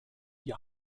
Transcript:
die